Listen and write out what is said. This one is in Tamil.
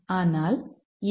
ஆனால் எம்